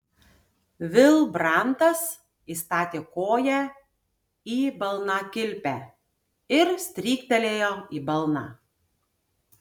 vilbrantas įstatė koją į balnakilpę ir stryktelėjo į balną